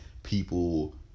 People